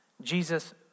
Jesus